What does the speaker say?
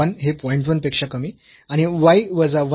1 पेक्षा कमी आणि y वजा 1 हे 0